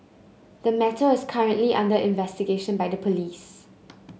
the matter is currently under investigation by the police